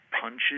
punches